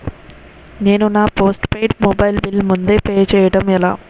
నేను నా postpaid mobile bill ముందే పే చేయడం ఎలా?